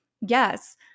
Yes